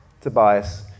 Tobias